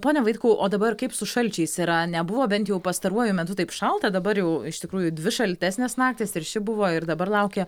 pone vaitkau o dabar kaip su šalčiais yra nebuvo bent jau pastaruoju metu taip šalta dabar jau iš tikrųjų dvi šaltesnės naktys ir ši buvo ir dabar laukia